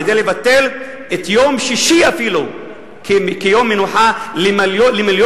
כדי לבטל את יום שישי אפילו כיום מנוחה למיליון